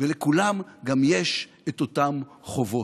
ולכולם יש גם את אותן חובות.